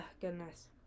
goodness